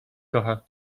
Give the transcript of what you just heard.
kocha